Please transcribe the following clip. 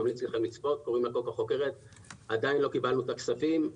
ממליץ לכם לצפות עדיין לא קיבלנו את הכספים.